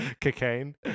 Cocaine